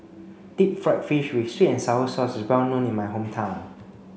deep fried fish with sweet and sour sauce is well known in my hometown